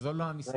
זו לא המסגרת.